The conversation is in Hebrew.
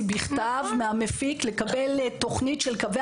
לפני האירוע לקבל בכתב מן המפיק תוכנית של קווי